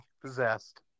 possessed